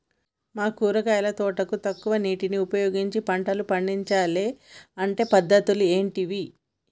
మా కూరగాయల తోటకు తక్కువ నీటిని ఉపయోగించి పంటలు పండించాలే అంటే పద్ధతులు ఏంటివి?